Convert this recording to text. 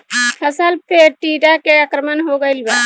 फसल पे टीडा के आक्रमण हो गइल बा?